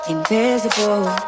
Invisible